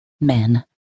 Men